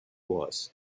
was